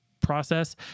process